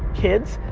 kids,